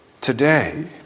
today